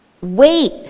wait